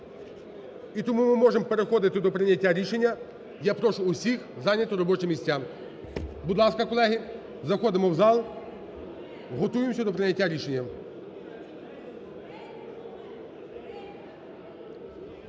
І тому ми можемо переходити до прийняття рішення. Я прошу всіх зайняти робочі місця. Будь ласка, колеги, заходимо в зал, готуємося до прийняття рішення.